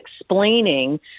explaining